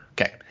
Okay